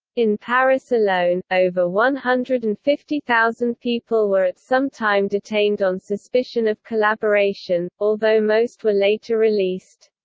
in paris alone, over one hundred and fifty thousand people were at some time detained on suspicion of collaboration, although most were later released.